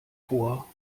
vor